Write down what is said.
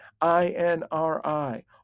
I-N-R-I